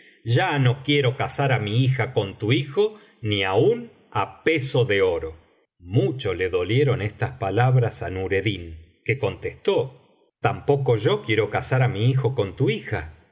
ya no quiero casar á mi hija con tu hijo ni aun á peso de oro mucfio le dolieron estas palabras á nurcddin que contestó tampoco yo quiero casar á mi hijo con tu hija